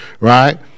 right